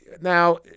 now